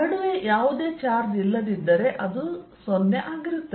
ನಡುವೆ ಯಾವುದೇ ಚಾರ್ಜ್ ಇಲ್ಲದಿದ್ದರೆ ಇದು 0 ಆಗಿರುತ್ತದೆ